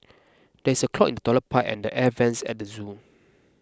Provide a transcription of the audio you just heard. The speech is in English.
there is a clog in the Toilet Pipe and the Air Vents at the zoo